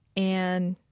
and